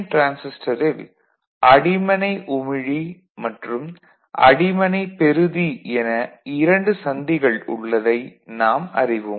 டிரான்சிஸ்டரில் அடிமனை உமிழி மற்றும் அடிமனை பெறுதி என இரண்டு சந்திகள் உள்ளதை நாம் அறிவோம்